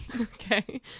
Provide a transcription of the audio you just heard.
Okay